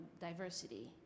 diversity